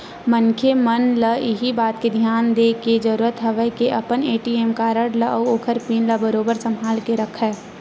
मनखे मन ल इही बात के धियान देय के जरुरत हवय के अपन ए.टी.एम कारड ल अउ ओखर पिन ल बरोबर संभाल के रखय